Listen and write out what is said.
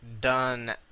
done